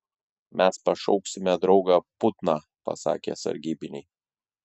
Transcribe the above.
mes pašauksime draugą putną pasakė sargybiniai